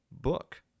book